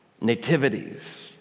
nativities